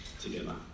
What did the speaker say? together